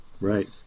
Right